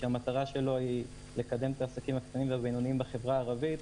שהמטרה שלו לקדם את העסקים הקטנים והבינוניים בחברה הערבית.